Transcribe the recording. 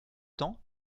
temps